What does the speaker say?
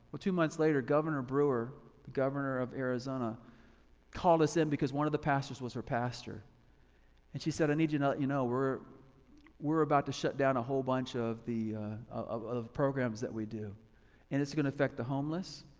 well two months later, governor brewer, the governor of arizona called us in because one of the pastors was her pastor and she said i need you know you know we're we're about to shut down a whole bunch of the of of programs that we do and it's gonna affect the homeless,